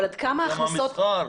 גם המסחר.